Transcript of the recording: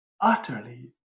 utterly